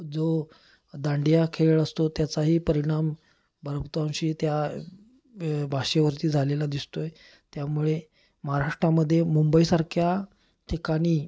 जो दांडिया खेळ असतो त्याचाही परिणाम बहुतांशी त्या भाषेवरती झालेला दिसतो आहे त्यामुळे महाराष्ट्रामध्ये मुंबईसारख्या ठिकाणी